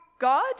God